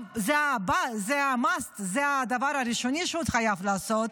זה must, זה הדבר הראשון שהוא חייב לעשות.